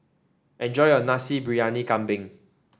enjoy your Nasi Briyani Kambing